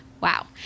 Wow